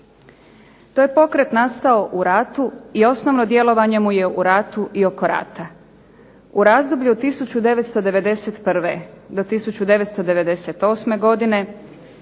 To je pokret nastao u ratu i osnovno djelovanje mu je u ratu i oko rata. U razdoblju od 1991. do 1998. godine